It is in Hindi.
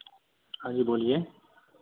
हाँ जी बोलिए